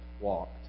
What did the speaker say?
walked